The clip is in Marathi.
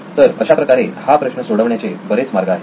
तर अशा प्रकारे हा प्रश्न सोडवण्याचे बरेच मार्ग आहेत